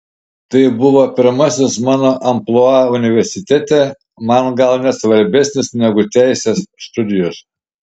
tai buvo pirmasis mano amplua universitete man gal net svarbesnis negu teisės studijos